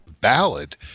ballad